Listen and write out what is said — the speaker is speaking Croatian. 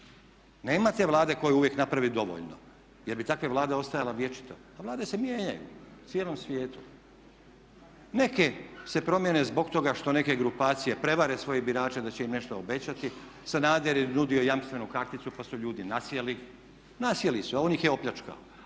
Nema te Vlade koja uvijek napravi dovoljno jer bi takva vlada ostajala vječito a vlade se mijenjaju u cijelom svijetu. Neke se promijene zbog toga što neke grupacije prevare svoje birače da će im nešto obećati. Sanader je nudio jamstvenu karticu pa su ljudi nasjeli. Nasjeli su a on ih je opljačkao.